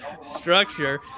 structure